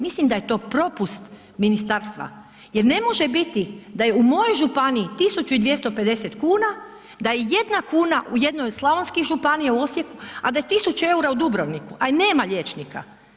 Mislim da je to propust ministarstva jer ne može biti da je u mojoj županiji 125 kuna da je jedna kuna u jednoj od Slavonskih županija u Osijeku, a da je 1.000 EUR-a u Dubrovniku, a i nema liječnika.